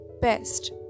best